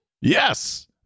Yes